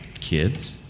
Kids